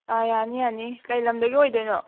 ꯑꯥ ꯌꯥꯅꯤ ꯌꯥꯅꯤ ꯀꯔꯤ ꯂꯝꯗꯒꯤ ꯑꯣꯏꯗꯣꯏꯅꯣ